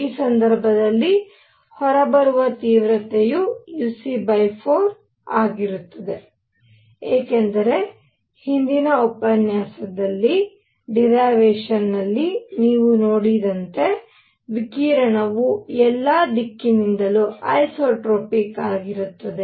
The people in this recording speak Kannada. ಈ ಸಂದರ್ಭದಲ್ಲಿ ಹೊರಬರುವ ತೀವ್ರತೆಯು uc 4 ಆಗುತ್ತದೆ ಏಕೆಂದರೆ ಹಿಂದಿನ ಉಪನ್ಯಾಸದಲ್ಲಿ ಡಿರೈವೇಶನ್ನಲ್ಲಿ ನೀವು ನೋಡಿದಂತೆ ವಿಕಿರಣವು ಎಲ್ಲಾ ದಿಕ್ಕಿನಿಂದಲೂ ಐಸೊಟ್ರೊಪಿಕ್ ಆಗಿರುತ್ತದೆ